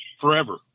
forever